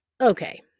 Okay